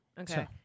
Okay